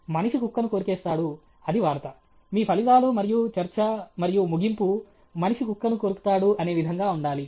మనిషి కుక్కను కొరికేస్తాడు అది వార్త మీ ఫలితాలు మరియు చర్చ మరియు ముగింపు మనిషి కుక్కను కొరుకుతాడు అనే విధంగా ఉండాలి